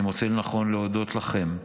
אני מוצא לנכון להודות לכם,